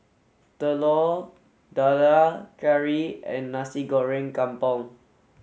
Telur Dadah Curry and Nasi Goreng Kampung